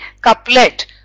couplet